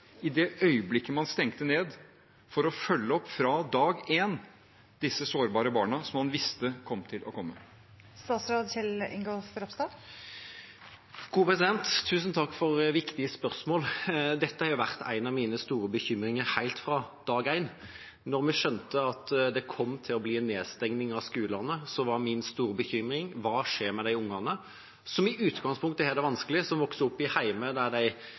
i det øyeblikket man stengte ned, for å følge opp disse sårbare barna – som man visste kom til å komme – fra dag én? Tusen takk for viktig spørsmål. Dette har vært en av mine store bekymringer helt fra dag én. Da vi skjønte at det kom til å bli en nedstengning av skolene, var min store bekymring: Hva skjer med de ungene som i utgangspunktet har det vanskelig, som vokser opp i hjem der de